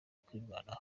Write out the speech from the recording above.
kwirwanaho